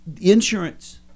Insurance